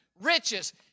riches